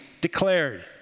declared